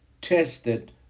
tested